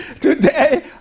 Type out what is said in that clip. Today